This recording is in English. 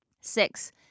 Six